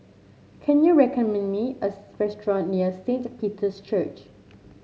can you recommend me a restaurant near Saint Peter's Church